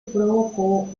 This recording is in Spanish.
provocó